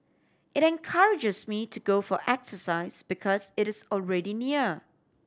it encourages me to go for exercise because it is already near